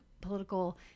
political